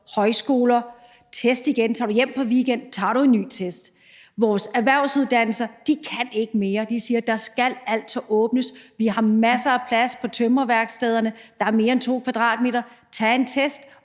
højskoler, og teste igen? Altså: Tager du hjem på weekend, tager du en ny test. Vores erhvervsuddannelser kan ikke mere. De siger: Der skal altså åbnes. Vi har masser af plads på tømrerværkstederne. Der er mere end 2 m²; tag en test